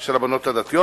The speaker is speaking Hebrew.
בבתי-חב"ד?